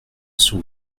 sur